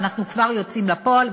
ואנחנו כבר מוציאים לפועל.